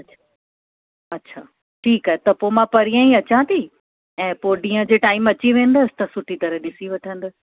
अछा ठीकु आहे त पोइ मां पणीअं ई अचां थी ऐं पोइ ॾींहं जे टाइम अची वेंदसि त सुठी तरह ॾिसी वठंदसि